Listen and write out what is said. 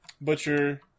Butcher